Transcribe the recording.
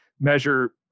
measure